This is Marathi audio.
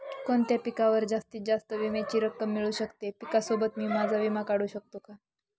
कोणत्या पिकावर जास्तीत जास्त विम्याची रक्कम मिळू शकते? पिकासोबत मी माझा विमा काढू शकतो का?